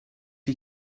you